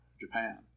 Japan